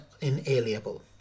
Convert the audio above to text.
inalienable